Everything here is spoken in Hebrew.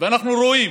ואנחנו רואים